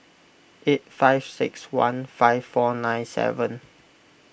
eight five six one five four nine seven